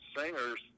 singers